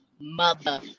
mother